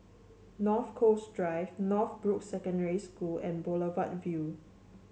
North Coast Drive Northbrooks Secondary School and Boulevard Vue